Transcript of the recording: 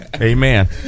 Amen